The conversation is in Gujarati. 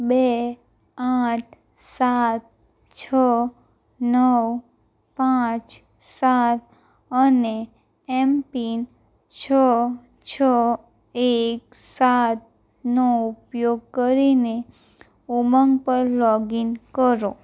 બે આઠ સાત છ નવ પાંચ સાત અને એમ પિન છ છ એક સાતનો ઉપયોગ કરીને ઉમંગ પર લોગિન કરો